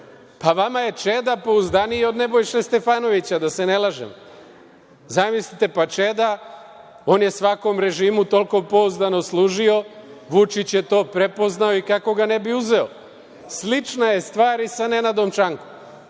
LDP. Vama Čeda pouzdaniji od Nebojše Stefanovića, da se ne lažemo. Zamislite, pa Čeda, on je svakom režimu toliko pouzdano služio, Vučić je to prepoznao i kako ga ne bi uzeo. Slična je stvar i sa Nenadom Čankom.